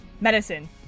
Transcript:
Medicine